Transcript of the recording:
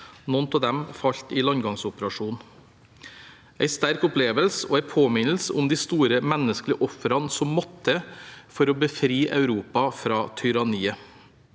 Noen av dem falt i landgangsoperasjonen. Det var en sterk opplevelse og en påminnelse om de store menneskelige ofrene som måtte til for å befri Europa fra tyranniet.